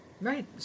right